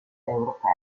europee